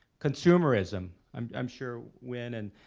consumerism. i'm i'm sure when and